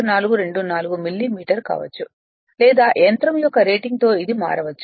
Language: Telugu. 424 మిల్లీమీటర్ కావచ్చు లేదా యంత్రం యొక్క రేటింగ్ తో ఇది మారవచ్చు